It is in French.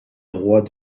rois